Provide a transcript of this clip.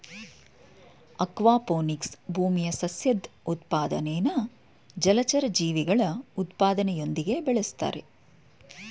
aquaponics ಭೂಮಿಯ ಸಸ್ಯದ್ ಉತ್ಪಾದನೆನಾ ಜಲಚರ ಜೀವಿಗಳ ಉತ್ಪಾದನೆಯೊಂದಿಗೆ ಬೆಳುಸ್ತಾರೆ